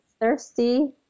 thirsty